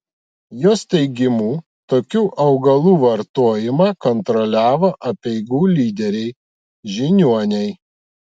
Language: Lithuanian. jos teigimu tokių augalų vartojimą kontroliavo apeigų lyderiai žiniuoniai